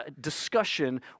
discussion